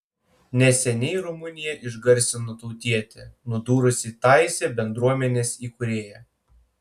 neseniai rumuniją išgarsino tautietė nudūrusi taizė bendruomenės įkūrėją